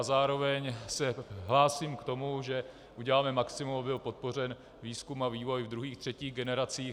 Zároveň se hlásím k tomu, že uděláme maximum, aby byl podpořen výzkum a vývoj v druhých a třetích generacích.